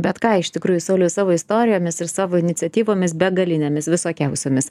bet ką iš tikrųjų sauliau savo istorijomis ir savo iniciatyvomis begalinėmis visokiausiomis